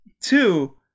Two